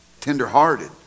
tenderhearted